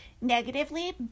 negatively